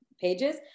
pages